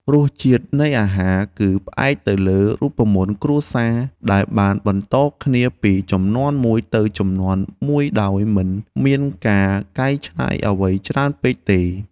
រសជាតិនៃអាហារ គឺផ្អែកទៅលើរូបមន្តគ្រួសារដែលបានបន្តគ្នាពីជំនាន់មួយទៅជំនាន់មួយដោយមិនមានការកែច្នៃអ្វីច្រើនពេកទេ។